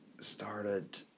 started